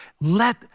Let